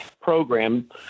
program